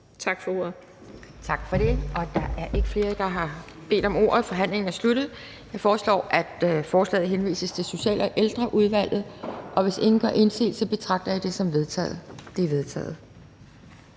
Kjærsgaard): Tak for det. Der er ikke flere, der har bedt om ordet. Forhandlingen er sluttet. Jeg foreslår, at forslaget til folketingsbeslutning henvises til Social- og Ældreudvalget. Hvis ingen gør indsigelse, betragter jeg dette som vedtaget. Det er vedtaget.